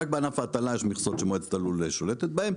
רק בענף ההטלה יש מכסות שמועצת הלול שולטת בהן.